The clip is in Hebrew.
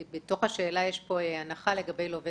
בתוך השאלה יש הנחה לגבי לווה